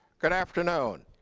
good afternoon.